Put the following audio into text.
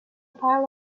pile